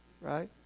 Right